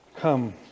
Come